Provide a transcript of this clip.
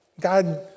God